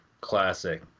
Classic